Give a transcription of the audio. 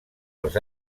els